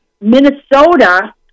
Minnesota